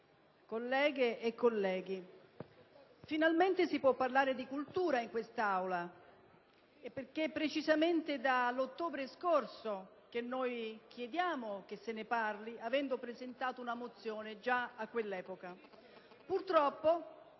colleghe e colleghi, finalmente si può parlare di cultura in quest'Aula, perché è precisamente dall'ottobre scorso che chiediamo che se ne parli, avendo presentato una mozione già a quell'epoca. Purtroppo,